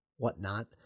whatnot